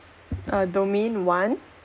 err domain one